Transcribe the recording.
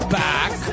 back